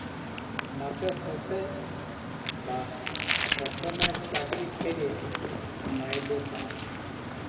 মাসের শেষে বা পথমে চাকরি ক্যইরে মাইলে পায়